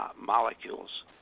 molecules